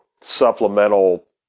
supplemental